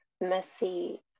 messy